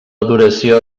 duració